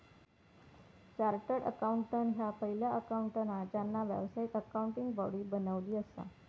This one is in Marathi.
चार्टर्ड अकाउंटंट ह्या पहिला अकाउंटंट हा ज्यांना व्यावसायिक अकाउंटिंग बॉडी बनवली असा